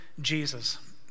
Jesus